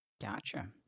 Gotcha